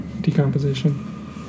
decomposition